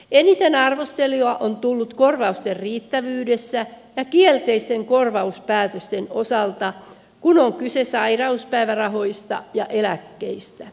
eniten arvostelua on tullut korvausten riittävyydestä ja kielteisten korvauspäätösten osalta kun on kyse sairauspäivärahoista ja eläkkeistä